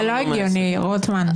זה לא הגיוני, רוטמן.